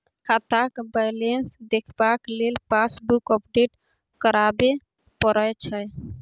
खाताक बैलेंस देखबाक लेल पासबुक अपडेट कराबे परय छै